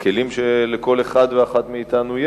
בכלים שיש לכל אחד ואחת מאתנו,